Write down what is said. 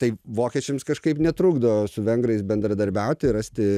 tai vokiečiams kažkaip netrukdo su vengrais bendradarbiauti ir rasti